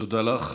תודה לך.